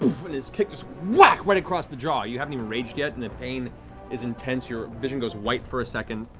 and his kick just whack right across the jaw. you haven't even raged yet, and the pain is intense, your vision goes white for a second.